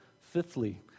Fifthly